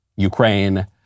Ukraine